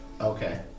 Okay